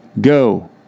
Go